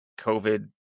COVID